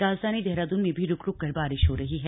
राजधानी देहरादून में भी रुक रुक कर बारिश हो रही है